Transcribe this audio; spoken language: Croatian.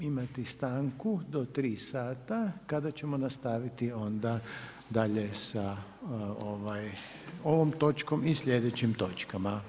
Imati stanku do 3,00 sata, kada ćemo nastaviti onda dalje sa ovom točkom i sljedećim točkama.